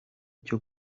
cyo